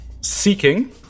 seeking